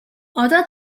одоо